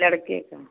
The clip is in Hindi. लड़के का